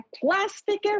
plastic